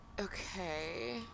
Okay